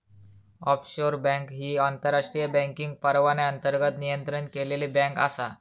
offshore bank ही आंतरराष्ट्रीय banking परवान्याअंतर्गत नियंत्रित केलेली बँक आसा